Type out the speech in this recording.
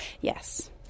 Yes